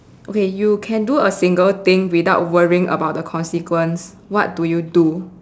okay you can do a single thing without worrying about the consequence what do you do